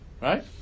right